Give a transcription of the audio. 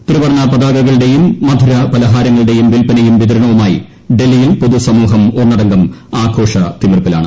ത്രിവർണ പതാകകളുടേയും മധുരപലഹാരങ്ങളുടേയും വിൽപനയും വിതരണവുമായി ഡൽഹിയിൽ പൊതു സമൂഹം ഒന്നടങ്കം ആഘോഷ തിമിർപ്പിലാണ്